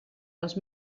els